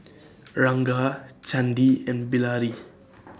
Ranga Chandi and Bilahari